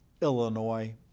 Illinois